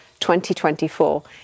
2024